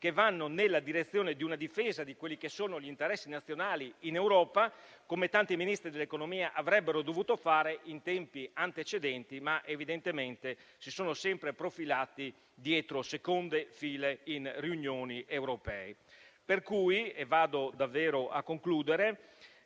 che vanno nella direzione di una difesa di quelli che sono gli interessi nazionali in Europa, cosa che tanti Ministri dell'economia avrebbero dovuto fare in tempi antecedenti, ma evidentemente si sono sempre profilati dietro seconde file in riunioni europee. Per cui, in conclusione,